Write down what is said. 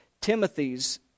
timothy's